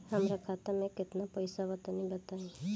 हमरा खाता मे केतना पईसा बा तनि बताईं?